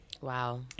Wow